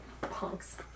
punks